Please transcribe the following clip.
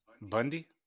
Bundy